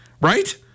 Right